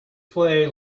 play